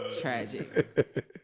Tragic